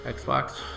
Xbox